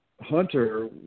Hunter